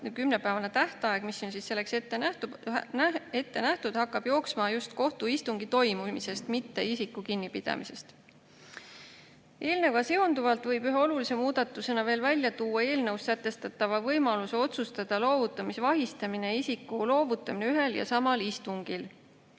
10-päevane tähtaeg, mis on selleks ette nähtud, hakkab jooksma just kohtuistungi toimumisest, mitte isiku kinnipidamisest. Eelnõuga seonduvalt võib ühe olulise muudatusena veel välja tuua eelnõus sätestatud võimaluse otsustada loovutamisvahistamine ja isiku loovutamine ühel ja samal istungil.